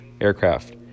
aircraft